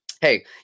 hey